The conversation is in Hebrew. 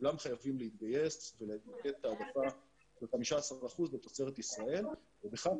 כולם חייבים להתגייס ולתת העדפה של 15% לתוצרת ישראל ובכלל,